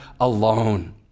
alone